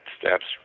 steps